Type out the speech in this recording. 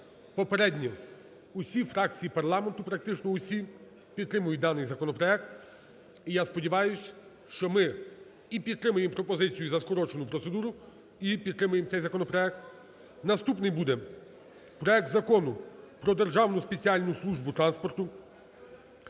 Попередньо всі фракції парламенту, практично усі, підтримують даний законопроект. І я сподіваюсь, що ми і підтримаємо пропозицію за скорочену процедуру, і підтримаємо цей законопроект. Наступний буде проект Закону про Державну спеціальну службу транспорту,